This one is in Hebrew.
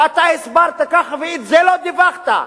באת, הסברת ככה, ואת זה לא דיווחת.